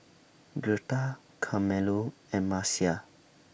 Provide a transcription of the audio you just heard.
Girtha Carmelo and Marcia